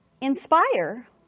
Inspire